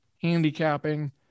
handicapping